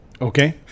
Okay